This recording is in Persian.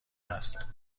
است